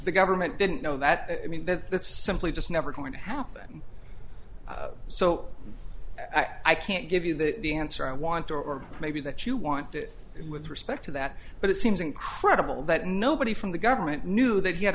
the government didn't know that i mean that that's simply just never going to happen so i can't give you that the answer i want or maybe that you want it with respect to that but it seems incredible that nobody from the government knew that he had